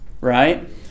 right